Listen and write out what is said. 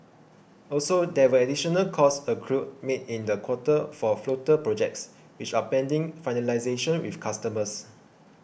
also there were additional cost accruals made in the quarter for floater projects which are pending finalisation with customers